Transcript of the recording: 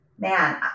man